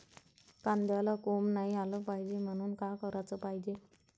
कांद्याला कोंब नाई आलं पायजे म्हनून का कराच पायजे?